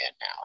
now